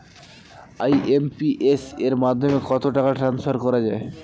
IMPS এর মাধ্যমে কত টাকা ট্রান্সফার করা যায়?